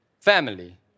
family